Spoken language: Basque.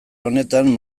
honetan